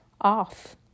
off